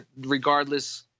regardless